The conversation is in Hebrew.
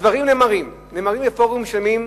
הדברים נאמרים, נאמרים בפורומים שלמים,